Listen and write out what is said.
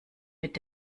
mit